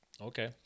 Okay